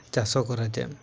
ଚାଷ କରାଯାଏ